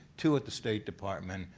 two at the state department,